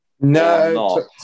no